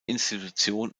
institution